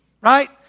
Right